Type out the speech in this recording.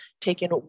taken